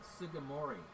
Sugimori